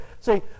See